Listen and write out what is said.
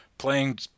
playing